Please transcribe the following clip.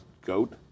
goat